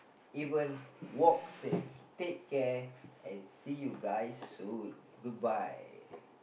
even walk safe take care and see you guys soon goodbye